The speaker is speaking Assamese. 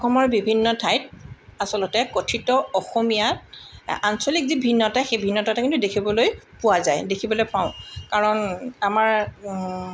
অসমৰ বিভিন্ন ঠাইত আচলতে কথিত অসমীয়াত আঞ্চলিক যি ভিন্নতা সেই ভিন্নতা কিন্তু দেখিবলৈ পোৱা যায় দেখিবলৈ পাওঁ কাৰণ আমাৰ